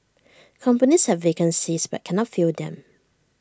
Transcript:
companies have vacancies but cannot fill them